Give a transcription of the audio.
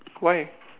why